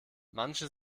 manche